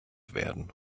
werden